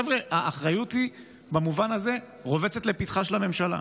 חבר'ה, האחריות במובן הזה רובצת לפתחה של הממשלה.